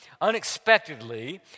unexpectedly